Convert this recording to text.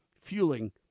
fueling